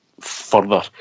further